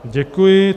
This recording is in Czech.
Děkuji.